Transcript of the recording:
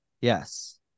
Yes